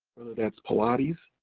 that's palates,